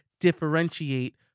differentiate